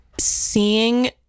seeing